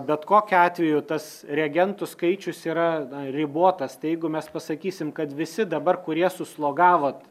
bet kokiu atveju tas reagentų skaičius yra na ribotas tai jeigu mes pasakysim kad visi dabar kurie suslogavot